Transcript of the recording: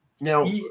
Now